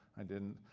i didn't.